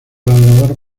ladrador